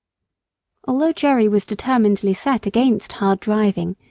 although jerry was determinedly set against hard driving,